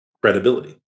credibility